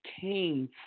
came